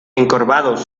encorvados